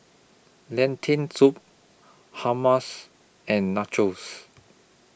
Lentil Soup Hummus and Nachos